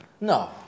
No